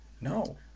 No